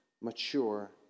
mature